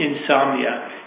insomnia